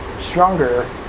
stronger